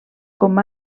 com